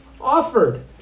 offered